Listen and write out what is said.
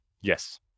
Yes